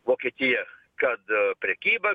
vokietija kad a prekyba